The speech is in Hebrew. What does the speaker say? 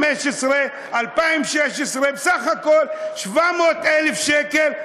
ב-2016-2015 בסך הכול 700,000 שקל,